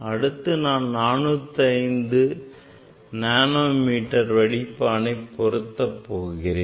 அடுத்து நான் 405 நானோமீட்டர் வடிப்பானை பொருத்த போகிறேன்